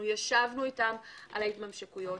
ישבנו אתם על ההתממשקויות.